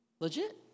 Legit